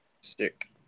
stick